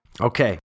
Okay